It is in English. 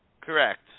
Correct